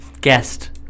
Guest